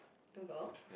two girls